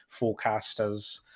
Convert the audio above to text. forecasters